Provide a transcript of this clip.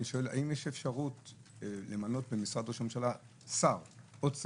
האם יש אפשרות למנות במשרד ראש הממשלה עוד שר?